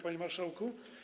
Panie Marszałku!